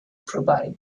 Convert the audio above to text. provide